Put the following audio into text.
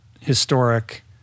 historic